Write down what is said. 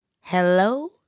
hello